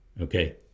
Okay